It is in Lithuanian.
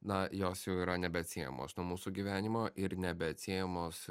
na jos jau yra nebeatsiejamos nuo mūsų gyvenimo ir nebeatsiejamos